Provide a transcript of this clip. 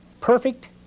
perfect